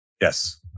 Yes